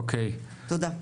תודה.